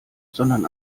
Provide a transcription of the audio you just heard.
sondern